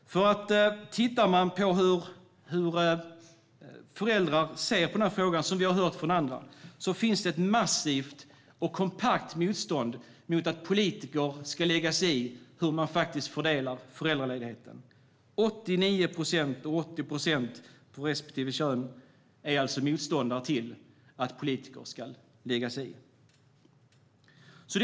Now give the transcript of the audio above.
När det gäller hur föräldrar ser på den här frågan finns det ett massivt motstånd mot att politiker ska lägga sig i hur man fördelar föräldraledigheten. 89 och 80 procent av respektive kön är motståndare till att politiker ska lägga sig i.